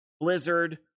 Blizzard